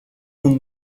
und